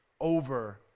over